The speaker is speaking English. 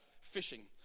fishing